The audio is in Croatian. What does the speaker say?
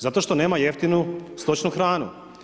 Zato što nema jeftinu stočnu hranu.